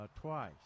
twice